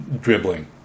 dribbling